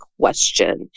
question